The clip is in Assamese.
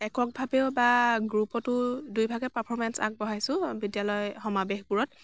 এককভাৱেও বা গ্ৰুপতো দুইভাগে পাৰফৰমেন্স আগবঢ়াইছোঁ বিদ্য়ালয় সমাৱেশবোৰত